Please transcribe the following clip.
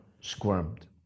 squirmed